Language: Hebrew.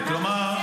כלומר,